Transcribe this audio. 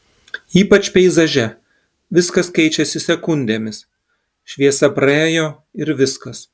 ypač peizaže viskas keičiasi sekundėmis šviesa praėjo ir viskas